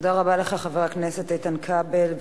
תודה רבה לך, חבר הכנסת איתן כבל.